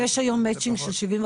יש היום מאצ'ינג של 75,